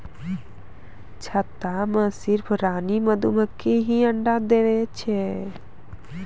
छत्ता मॅ सिर्फ रानी मधुमक्खी हीं अंडा दै छै